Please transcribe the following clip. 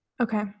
Okay